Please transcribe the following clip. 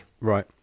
Right